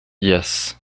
yes